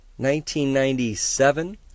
1997